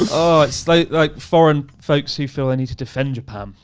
oh, it's like like foreign folks who feel they need to defend japan,